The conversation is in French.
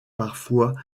parfois